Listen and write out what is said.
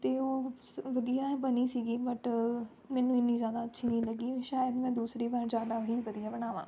ਅਤੇ ਉਹ ਵਧੀਆ ਬਣੀ ਸੀਗੀ ਬਟ ਮੈਨੂੰ ਇੰਨੀ ਜ਼ਿਆਦਾ ਅੱਛੀ ਨਹੀਂ ਲੱਗੀ ਸ਼ਾਇਦ ਮੈਂ ਦੂਸਰੀ ਵਾਰ ਜ਼ਿਆਦਾ ਹੀ ਵਧੀਆ ਬਣਾਵਾ